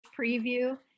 preview